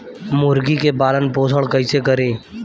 मुर्गी के पालन पोषण कैसे करी?